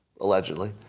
allegedly